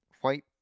white